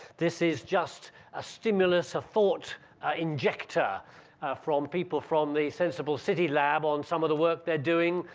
this is just a stimulus of thought injector from people from the senseable city lab on some of the work they're doing,